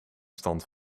stand